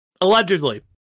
Allegedly